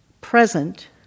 present